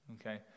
okay